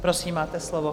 Prosím, máte slovo.